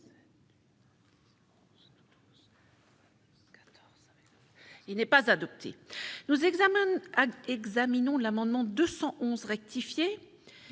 il n'est pas adopté. Nous examinons l'amendement 153 c'est